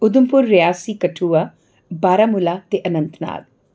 Udhampur Reasi Kathua Baramulla Anantnag